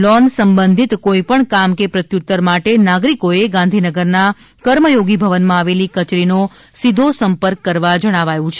loan સંબંધિત કોઇપણ કામ કે પ્રત્યુત્તર માટે નાગરિકોએ ગાંધીનગર ના કર્મયોગી ભવન માં આવેલી કચેરીનો સીધો સંપર્ક કરવા જણાવાયું છે